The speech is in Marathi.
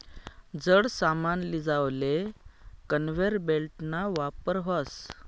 जड सामान लीजावाले कन्वेयर बेल्टना वापर व्हस